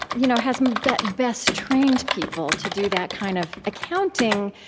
you know has best best trained people to do that kind of accounting,